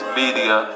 media